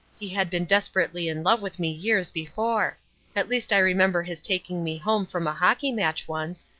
he had been desperately in love with me years before at least i remember his taking me home from a hockey match once,